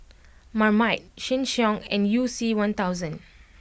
Marmite Sheng Siong and you C One Thousand